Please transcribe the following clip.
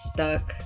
Stuck